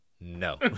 No